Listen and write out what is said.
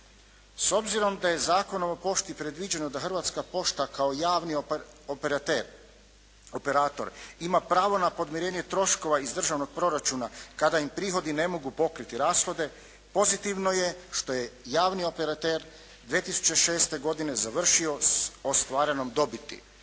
S obzirom da je Zakonom o pošti predviđeno da Hrvatska pošta kao javni operator ima pravo na podmirenje troškova iz državnog proračuna kada im prihodi n mogu pokriti rashode, pozitivno je što je javni operater 2006. godine završio s ostvarenom dobiti.